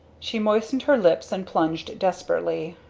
she moistened her lips and plunged desperately.